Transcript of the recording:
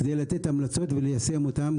כדי לתת המלצות וליישם אותן,